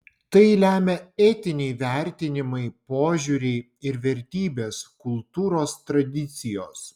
tai lemia etiniai vertinimai požiūriai ir vertybės kultūros tradicijos